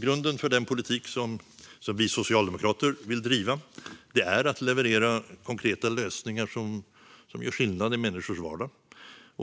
Grunden för den politik som vi socialdemokrater vill driva är att leverera konkreta lösningar som gör skillnad i människors vardag.